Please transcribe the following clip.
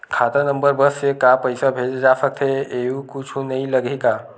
खाता नंबर बस से का पईसा भेजे जा सकथे एयू कुछ नई लगही का?